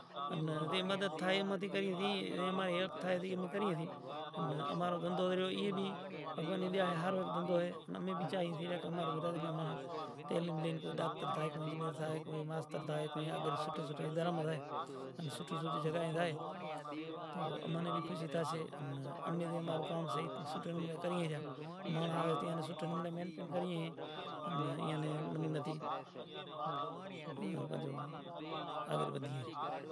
زے گام سے زے مٹ مائٹ سے زاں کوئی پریوار سے پنڑ ای بھی کوئی مدد کریا ہاروں، تیار نتھی تھاتو ایوو مانڑوں وچارو مجبور تھے کوئی وچارو آپ گھات کرے لے ان کوئی وچارو اتو زندگی تباہ تھے زائے تو گونڈو تھے زائے، چریو تھے زائے، ای سماج نو وہنہوار کرے سے پر سماج نے اندر ریتی رواج نے اندر ایوو حساب کتاب سے کہ کوئی امارو وجود نتھی کوئی امارو وات ہانبھڑیا ہاروں تیار نتھی، زے ناں کھنڑی امیں اگوانڑ کری راکھاں نیں تو ای بھی اماری وات ہنبھڑتو نتھی اما رے ہائیں کاک ماں ایک موٹو واقعو تھئی گیو جے ناں انوسار تھی ننہو ایک معصوم سوکرو آٹھ سالاں نوں جے ناں وچارے ناں کاندھ واڈھی ان کماند ماں لاشو زو، ڈانترے ماں کاندھ واڈھیو تو زا رے مانڑاں نے خبر پڑی تو گوتا کری تو اینو کماند ماں تھی لاش ہاتھ آوی